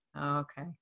Okay